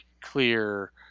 clear